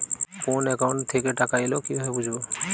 কোন একাউন্ট থেকে টাকা এল কিভাবে বুঝব?